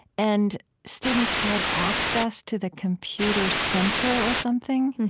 and students had access to the computer center or something,